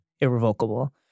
irrevocable